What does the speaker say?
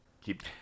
keep